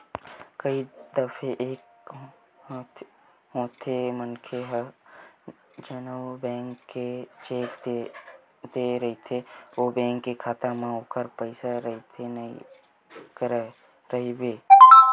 कई दफे ए होथे मनखे ह जउन बेंक के चेक देय रहिथे ओ बेंक के खाता म ओखर पइसा रहिबे नइ करय